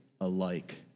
alike